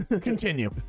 Continue